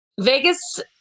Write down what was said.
Vegas